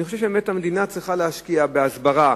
אני חושב שהמדינה צריכה להשקיע בהסברה,